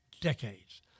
decades